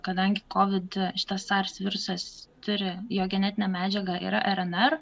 kadangi kovid šitas sars virusas tiria jo genetinė medžiaga yra rnr